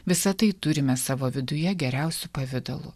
visa tai turime savo viduje geriausiu pavidalu